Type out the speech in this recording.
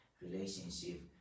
relationship